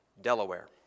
Delaware